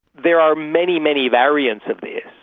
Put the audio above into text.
there are many, many variants of this.